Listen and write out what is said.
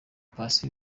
paccy